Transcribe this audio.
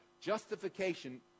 Justification